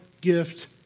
gift